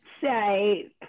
say